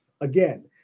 again